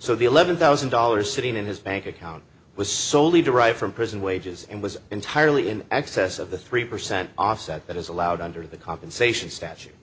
so the eleven thousand dollars sitting in his bank account was soley derived from prison wages and was entirely in excess of the three percent offset that is allowed under the compensation statute